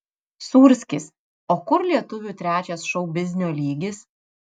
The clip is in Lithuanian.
sūrskis o kur lietuvių trečias šou biznio lygis